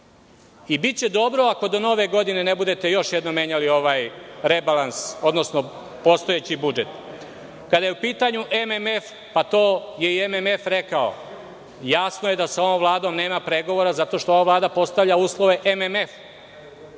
i biće dobro ako do Nove godine ne budete još jednom menjali ovaj rebalans, odnosno postojeći budžet. Kada je u pitanju MMF, to je i MMF rekao, jasno je da sa ovom Vladom nema pregovora zato što ova Vlada postavlja uslove MMF,